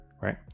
right